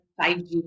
5G